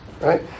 right